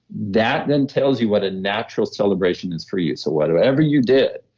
that then tells you what a natural celebration is for you. so whatever you did,